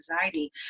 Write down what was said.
anxiety